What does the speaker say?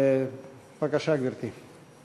בבקשה, גברתי.